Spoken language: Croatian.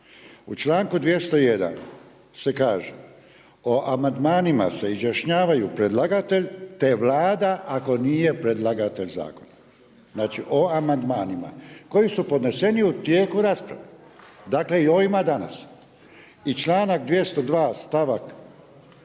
u članku 201. se kaže: „O amandmanima se izjašnjavaju predlagatelj, te Vlada ako nije predlagatelj zakona.“ Znači o amandmanima koji su podneseni u tijeku rasprave. Dakle i ovima danas. I članak 202. stavak